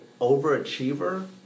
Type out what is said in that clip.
overachiever